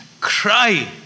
cry